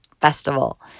festival